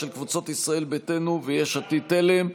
של קבוצות ישראל ביתנו ויש עתיד-תל"ם.